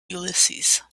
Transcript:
ulysses